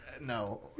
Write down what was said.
No